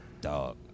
dog